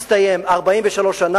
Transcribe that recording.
הסתיימו 43 שנה.